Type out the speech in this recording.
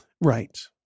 Right